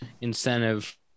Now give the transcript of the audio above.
incentive